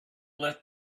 let